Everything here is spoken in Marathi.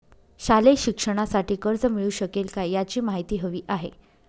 शालेय शिक्षणासाठी कर्ज मिळू शकेल काय? याची माहिती हवी आहे